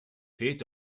fehlt